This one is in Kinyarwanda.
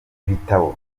ibitabo